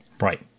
Right